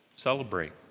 Celebrate